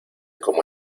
como